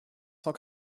cent